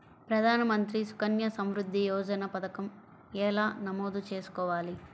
ప్రధాన మంత్రి సుకన్య సంవృద్ధి యోజన పథకం ఎలా నమోదు చేసుకోవాలీ?